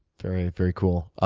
very very cool. ah